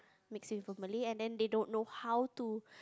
mixing with a Malay and then they don't know how to